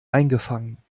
eingefangen